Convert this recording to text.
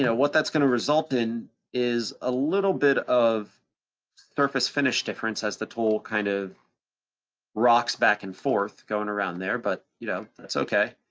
you know what that's gonna result in is a little bit of surface finish difference as the tool kind of rocks back and forth, going around there, but you know, that's okay,